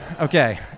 okay